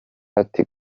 ati